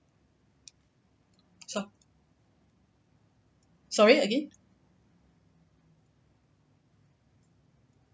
so~ sorry again